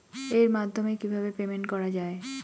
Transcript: এর মাধ্যমে কিভাবে পেমেন্ট করা য়ায়?